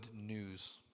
news